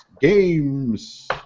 games